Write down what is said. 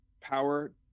power